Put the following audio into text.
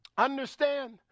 Understand